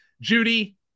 Judy